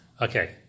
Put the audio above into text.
Okay